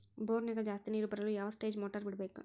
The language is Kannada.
ಬೋರಿನ್ಯಾಗ ಜಾಸ್ತಿ ನೇರು ಬರಲು ಯಾವ ಸ್ಟೇಜ್ ಮೋಟಾರ್ ಬಿಡಬೇಕು?